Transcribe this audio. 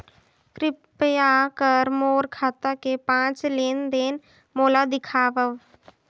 कृपया कर मोर खाता के पांच लेन देन मोला दिखावव